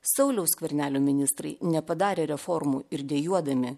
sauliaus skvernelio ministrai nepadarė reformų ir dejuodami